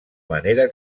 manera